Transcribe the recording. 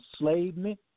enslavement